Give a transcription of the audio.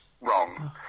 wrong